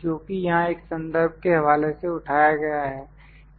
जोकि यहां एक संदर्भ के हवाले से उठाया गया है